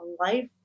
life